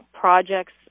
projects